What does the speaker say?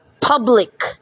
public